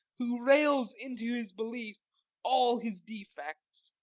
who rails into his belief all his defects.